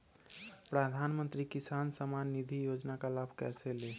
प्रधानमंत्री किसान समान निधि योजना का लाभ कैसे ले?